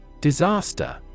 Disaster